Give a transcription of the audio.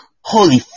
holy